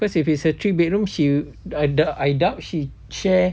because if it's a three bedroom she I doubt I doubt she share